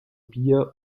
bier